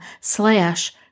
slash